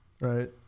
Right